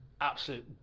absolute